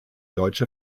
deutsche